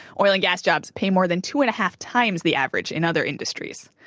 oil and gas jobs pay more than two and a half times the average in other industries.